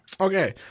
Okay